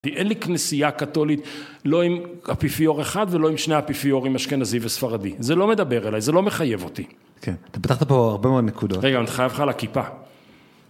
אין לי כנסייה קתולית לא עם אפיפיור אחד ולא עם שני אפיפיורים אשכנזי וספרדי זה לא מדבר אליי זה לא מחייב אותי. כן, אתה פתחת פה הרבה מאוד נקודות רגע אני חייב לך על הכיפה